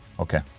okay